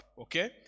Okay